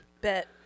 Bet